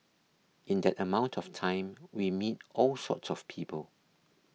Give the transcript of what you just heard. in that amount of time we meet all sorts of people